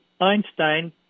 Einstein